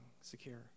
secure